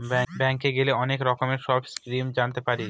ব্যাঙ্কে গেলে অনেক রকমের সব স্কিম জানতে পারি